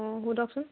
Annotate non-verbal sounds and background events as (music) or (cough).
(unintelligible)